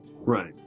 Right